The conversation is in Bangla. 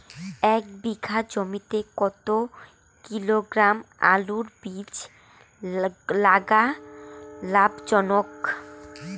এক বিঘা জমিতে কতো কিলোগ্রাম আলুর বীজ লাগা লাভজনক?